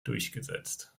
durchgesetzt